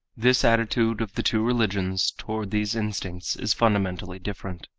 this attitude of the two religions toward these instincts is fundamentally different.